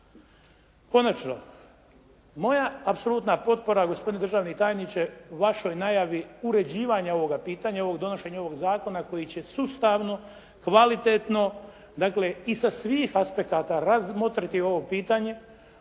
Konačno, moja apsolutna potpora gospodine državni tajniče vašoj najavi uređivanja ovoga pitanja, ovog donošenja ovog zakona koji će sustavno, kvalitetno, dakle i sa svih aspekata razmotriti ovo pitanje